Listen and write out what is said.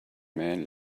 man